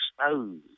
exposed